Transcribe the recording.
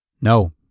No